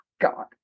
God